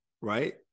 right